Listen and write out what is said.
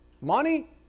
Money